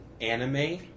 anime